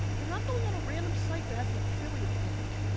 they're not going on a random site that has an affiliate link,